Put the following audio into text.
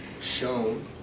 shown